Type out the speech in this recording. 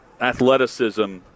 athleticism